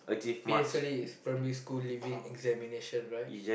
P_S_L_E is primary school leaving examination right